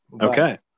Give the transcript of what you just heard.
Okay